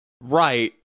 Right